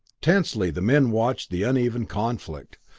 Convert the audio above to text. tensely the men watched the uneven conflict.